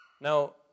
Now